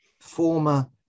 former